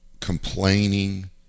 complaining